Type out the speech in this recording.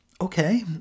Okay